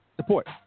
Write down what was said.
support